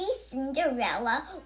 Cinderella